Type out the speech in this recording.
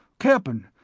cap'n,